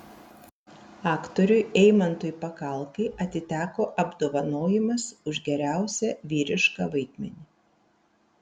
aktoriui eimantui pakalkai atiteko apdovanojimas už geriausią vyrišką vaidmenį